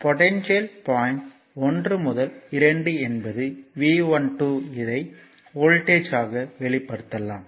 potential point 1 முதல் 2 என்பது V12 இதை வோல்டேஜ் ஆக வெளிப்படுத்தலாம்